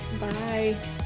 Bye